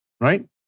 right